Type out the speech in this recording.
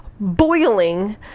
boiling